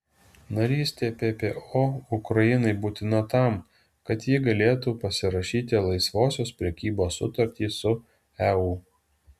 narystė ppo ukrainai būtina tam kad ji galėtų pasirašyti laisvosios prekybos sutartį su eu